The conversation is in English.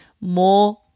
more